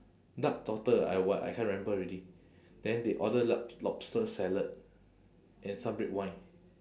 duck trotter or what I can't remember already then they order l~ lobster salad and some red wine